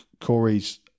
Corey's